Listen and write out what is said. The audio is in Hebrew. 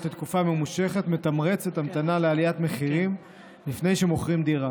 לתקופה ממושכת מתמרצת המתנה לעליית מחירים לפני שמוכרים דירה.